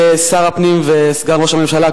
השאילתא שלי מופנית לשר הפנים וסגן ראש הממשלה,